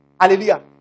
Hallelujah